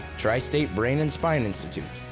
tristate brain and spine institute,